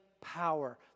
power